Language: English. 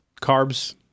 Carbs